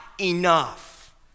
enough